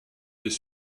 des